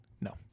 No